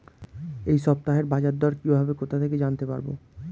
এই সপ্তাহের বাজারদর কিভাবে কোথা থেকে জানতে পারবো?